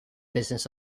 business